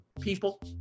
people